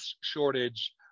shortage